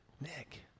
Nick